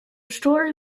story